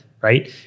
right